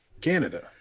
Canada